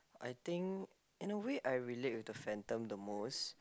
I think in a way I related with the Phantom the most